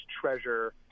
treasure